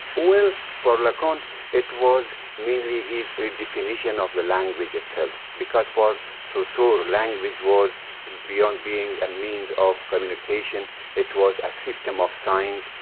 well, for lacan it was mainly his redefinition of the language itself. because for so saussure language was beyond being a means of communication it was a system of signs,